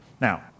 Now